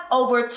over